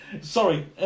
Sorry